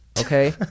okay